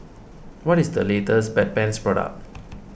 what is the latest Bedpans product